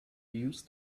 used